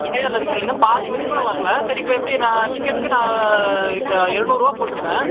அடையார்ல இருக்கீங்கள் இன்னும் பாதி வழி கூட வரல சரி இப்போது எப்படி நான் டிக்கெட்டுக்கு நான் எழுநூறுபா போட்டுருக்கேன்